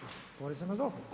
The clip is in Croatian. čuje se.]] Poreza na dohodak.